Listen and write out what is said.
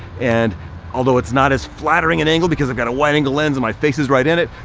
and although it's not as flattering an angle because i've got a wide angle lens and my face is right in it,